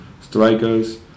strikers